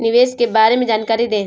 निवेश के बारे में जानकारी दें?